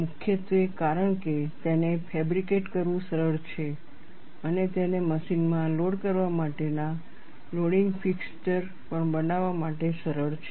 મુખ્યત્વે કારણ કે તેને ફેબ્રિકેટ કરવું સરળ છે અને તેને મશીનમાં લોડ કરવા માટેના લોડિંગ ફિક્સચર પણ બનાવવા માટે સરળ છે